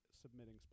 submitting